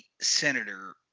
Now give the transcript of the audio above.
Senator